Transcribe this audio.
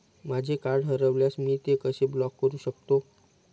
माझे कार्ड हरवल्यास मी ते कसे ब्लॉक करु शकतो?